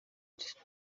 ltd